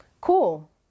Cool